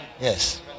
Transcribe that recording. Yes